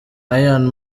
ian